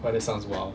!wah! that sounds wild